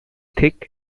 thick